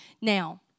Now